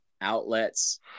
outlets